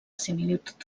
similitud